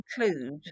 include